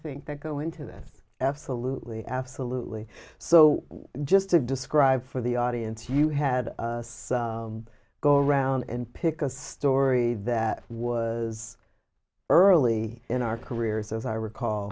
think that go into that f salut lee absolutely so just to describe for the audience you had us go around and pick a story that was early in our careers as i recall